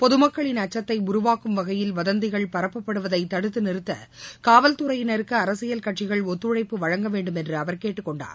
பொதுமக்களின் அச்சத்தை உருவாக்கும் வகையில் வதந்திகள் பரப்பப்படுவதை தடுத்து நிறுத்த காவல்துறையினருக்கு அரசியல் கட்சிகள் ஒத்துழைப்பு வழங்க வேண்டும் என்று அவர் கேட்டுக் கொண்டார்